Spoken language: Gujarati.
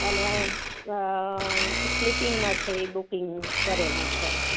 અને સ્લીપિંગમાં છે ઈ બઉ બુકિંગ કરેલું છે